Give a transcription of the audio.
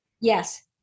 Yes